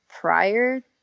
Prior